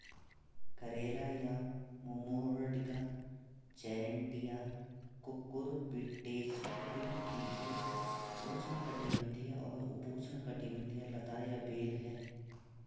करेला या Momordica charantia Cucurbitaceae कुल की एक उष्णकटिबंधीय और उपोष्णकटिबंधीय लता या बेल है